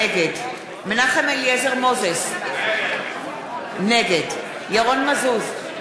נגד מנחם אליעזר מוזס, נגד ירון מזוז,